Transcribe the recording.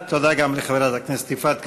תודה גם לחברת הכנסת יפעת קריב.